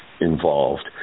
involved